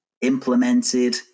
implemented